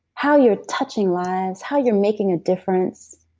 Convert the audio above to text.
how you're touching lives, how you're making a difference,